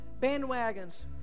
bandwagons